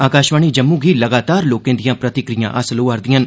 आकाशवाणी जम्मू गी लगातार लोकें दिआं प्रतिक्रियां हासल होआ'रदिआं न